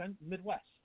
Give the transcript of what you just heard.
Midwest